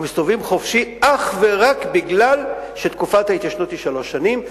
ומסתובבים חופשי אך ורק מפני שתקופת ההתיישנות היא שלוש שנים,